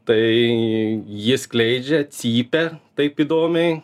tai ji skleidžia cypia taip įdomiai